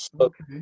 okay